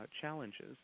challenges